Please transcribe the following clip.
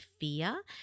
fear